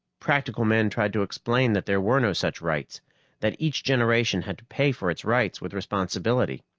practical men tried to explain that there were no such rights that each generation had to pay for its rights with responsibility.